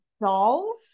dolls